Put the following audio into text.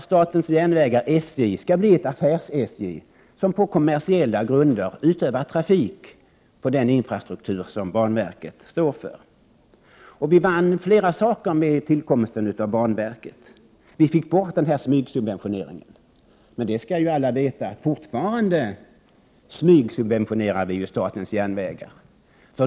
Statens järnvägar skall bli ett affärs-SJ, som på kommersiella grunder utövar trafik, med den infrastruktur som banverket står för. Vi vann flera saker med tillkomsten av banverket. Vi fick bort en viss smygsubventionering, men alla skall veta att vi fortfarande smygsubventionerar SJ.